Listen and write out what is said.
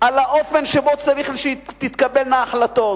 על האופן שבו צריכות להתקבל החלטות.